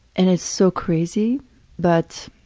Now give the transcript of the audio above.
and is so crazy but